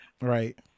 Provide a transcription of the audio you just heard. Right